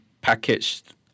packaged